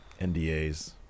NDAs